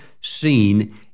seen